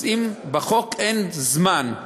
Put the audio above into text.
אז בחוק אין זמן,